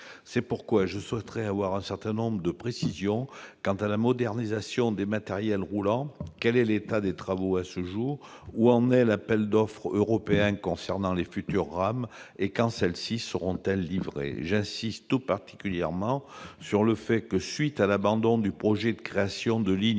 C'est pourquoi je souhaiterais obtenir un certain nombre de précisions quant à la modernisation des matériels roulants. Quel est l'état des travaux à ce jour ? Où en est l'appel d'offres européen concernant les futures rames ? Quand celles-ci seront-elles livrées ? J'insiste tout particulièrement sur le fait que, à la suite de l'abandon du projet de création de la ligne